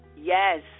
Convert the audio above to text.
Yes